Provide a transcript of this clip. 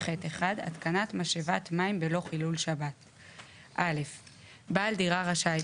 "התקנת משאבת מים בלא חילול שבת 59ח1. (א)בעל דירה רשאי,